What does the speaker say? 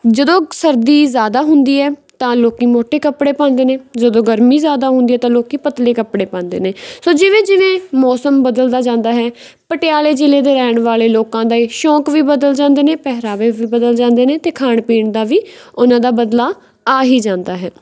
ਜਦੋਂ ਸਰਦੀ ਜ਼ਿਆਦਾ ਹੁੰਦੀ ਹੈ ਤਾਂ ਲੋਕ ਮੋਟੇ ਕੱਪੜੇ ਪਾਉਂਦੇ ਨੇ ਜਦੋਂ ਗਰਮੀ ਜ਼ਿਆਦਾ ਹੁੰਦੀ ਤਾਂ ਲੋਕ ਪਤਲੇ ਕੱਪੜੇ ਪਾਉਂਦੇ ਨੇ ਸੋ ਜਿਵੇਂ ਜਿਵੇਂ ਮੌਸਮ ਬਦਲਦਾ ਜਾਂਦਾ ਹੈ ਪਟਿਆਲੇ ਜ਼ਿਲ੍ਹੇ ਦੇ ਰਹਿਣ ਵਾਲੇ ਲੋਕਾਂ ਦੇ ਸ਼ੌਕ ਵੀ ਬਦਲ ਜਾਂਦੇ ਨੇ ਪਹਿਰਾਵੇ ਵੀ ਬਦਲ ਜਾਂਦੇ ਨੇ ਅਤੇ ਖਾਣ ਪੀਣ ਦਾ ਵੀ ਉਹਨਾਂ ਦਾ ਬਦਲਾਅ ਆ ਹੀ ਜਾਂਦਾ ਹੈ